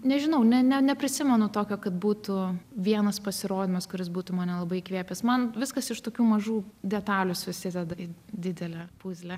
nežinau ne ne neprisimenu tokio kad būtų vienas pasirodymas kuris būtų mane labai įkvėpęs man viskas iš tokių mažų detalių susideda į didelę puzlę